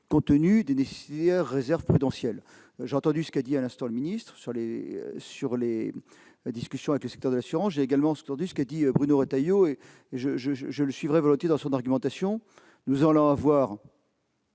compte tenu des nécessaires réserves prudentielles. J'ai entendu ce qu'a dit à l'instant M. le ministre sur les discussions avec le secteur de l'assurance. J'ai également entendu ce qu'a dit Bruno Retailleau, et je le suivrai volontiers dans son argumentation. Nous aurons dans